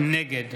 נגד